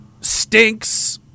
stinks